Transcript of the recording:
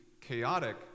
chaotic